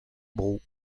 bro